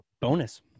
Bonus